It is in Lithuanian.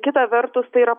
kita vertus tai yra